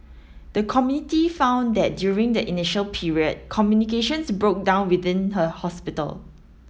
the committee found that during the initial period communications broke down within the hospital